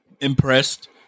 impressed